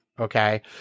okay